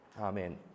Amen